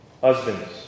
Husbands